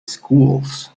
schools